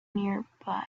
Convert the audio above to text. nearby